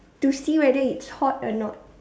to see whether it's hot or not